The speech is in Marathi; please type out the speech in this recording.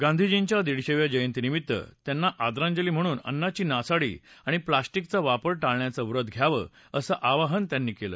गांधीजींच्या दडिशेव्या जयंतीनिमित्त त्यांनी आदरांजली म्हणून अन्नाची नासाडी आणि प्लास्टिकचा वापर टाळण्याचं व्रत घ्यावं असं आवाहन त्यांनी केलं